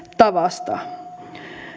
tavasta